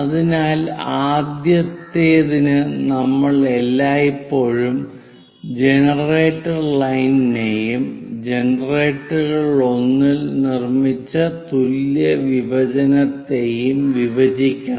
അതിനാൽ ആദ്യത്തേതിന് നമ്മൾ എല്ലായ്പ്പോഴും ജനറേറ്റർ ലൈനിനേയും ജനറേറ്ററുകളിലൊന്നിൽ നിർമ്മിച്ച തുല്യ വിഭജനത്തേയും വിഭജിക്കണം